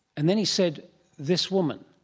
and then he said this woman.